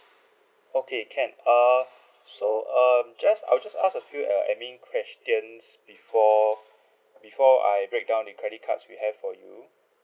okay can err so err just I will just ask a few uh administration questions before before I break down the credit cards we have for you